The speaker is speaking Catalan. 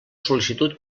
sol·licitud